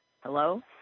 Hello